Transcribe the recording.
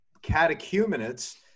catechumenates